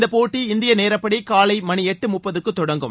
இந்தப்போட்டி இந்தியநேரப்படி காலை மணி எட்டு மூப்பதுக்கு தொடங்கும்